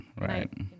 right